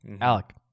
Alec